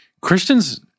Christians